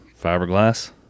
fiberglass